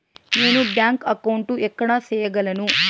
నేను bank account ఎక్కడ సేయగలను